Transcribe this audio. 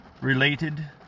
related